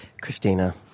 Christina